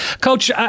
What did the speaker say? Coach